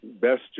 best